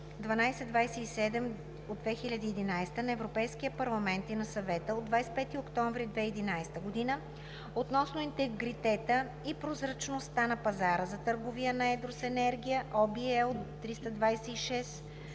1227/2011 на Европейския парламент и на Съвета от 25 октомври 2011 г. относно интегритета и прозрачността на пазара за търговия на едро с енергия (OB, L 326/1